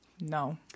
No